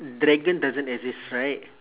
dragon doesn't exist right